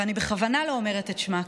ואני בכוונה לא אומרת את שמה,